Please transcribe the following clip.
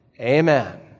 Amen